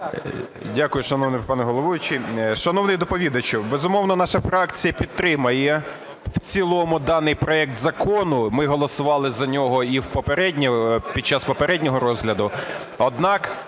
Дякую, шановний пане головуючий. Шановний доповідачу, безумовно, наша фракція підтримає в цілому даний проект закону. Ми голосували за нього і під час попереднього розгляду.